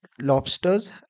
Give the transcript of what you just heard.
lobsters